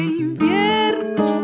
invierno